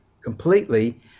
completely